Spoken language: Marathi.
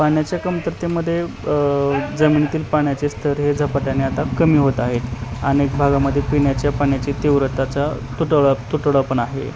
पाण्याच्या कमतरतेमध्ये जमिनीतील पाण्याचे स्तर हे झपाट्याने आता कमी होत आहेत अनेक भागामध्ये पिण्याच्या पाण्याची तीव्रतेचा तुटळा तुटवडा पण आहे